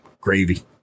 Gravy